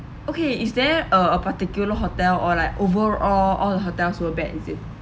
okay is there uh a particular hotel or like overall all the hotels were bad is it